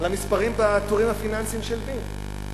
על המספרים בטורים הפיננסיים של מי?